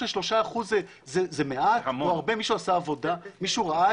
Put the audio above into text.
אחרים, שלא יכולים לעמוד בזה, לא יוכלו